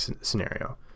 scenario